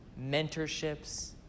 mentorships